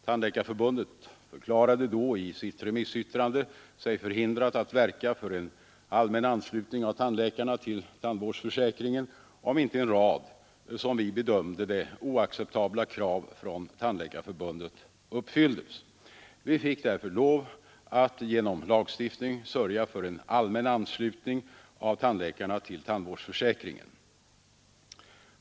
Tandläkarförbundet förklarade då i sitt remissyttrande sig förhindrat att verka för en allmän anslutning av tandläkarna till tandvårdsförsäkringen, om inte en rad som vi bedömde det oacceptabla krav från Tandläkarförbundet uppfylldes. Vi fick därför genom lagstiftning sörja för en allmän anslutning av tandläkarna till tandvårdsförsäkringen.